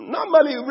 Normally